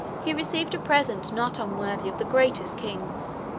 he received a present not unworthy of the greatest kings